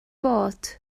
bod